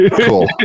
Cool